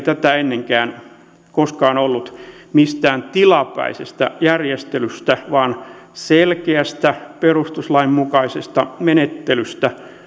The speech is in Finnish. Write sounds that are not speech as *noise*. *unintelligible* tätä ennenkään koskaan ollut mistään tilapäisestä järjestelystä vaan selkeästä perustuslain mukaisesta menettelystä